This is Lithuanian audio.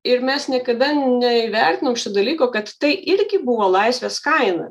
ir mes niekada neįvertinom šito dalyko kad tai irgi buvo laisvės kaina